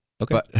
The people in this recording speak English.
okay